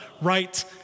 right